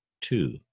Two